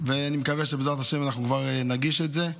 ואני מקווה שבעזרת השם אנחנו כבר נגיש את זה,